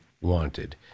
wanted